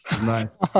nice